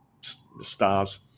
stars